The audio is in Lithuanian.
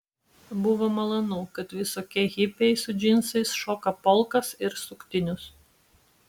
buvo malonu kad visokie hipiai su džinsais šoka polkas ir suktinius